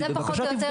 בבקשה תבדקו.